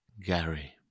Gary